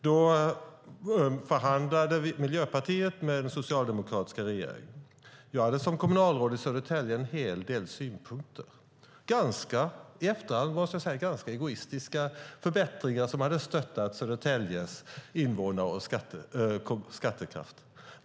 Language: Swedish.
Då förhandlade Miljöpartiet med den socialdemokratiska regeringen. Jag hade som kommunalråd i Södertälje en hel del synpunkter, som jag i efterhand kan säga var ganska egoistiska, på förbättringar som skulle ha stöttat Södertäljes invånare och skattekraft.